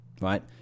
right